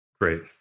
great